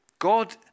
God